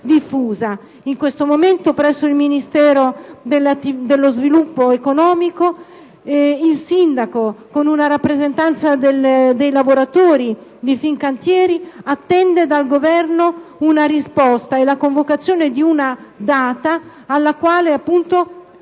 In questo momento, presso il Ministero dello sviluppo economico, il sindaco con una rappresentanza dei lavoratori di Fincantieri attende dal Governo una risposta e la convocazione di una data alla quale cominciare